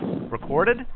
Recorded